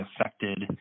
affected